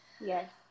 Yes